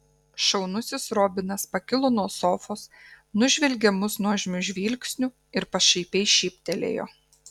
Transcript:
šaunusis robinas pakilo nuo sofos nužvelgė mus nuožmiu žvilgsniu ir pašaipiai šyptelėjo